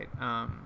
right